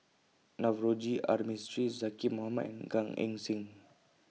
Navroji R Mistri Zaqy Mohamad and Gan Eng Seng